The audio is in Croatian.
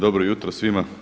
Dobro jutro svima!